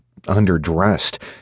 underdressed